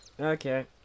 Okay